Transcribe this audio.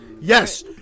Yes